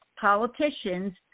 politicians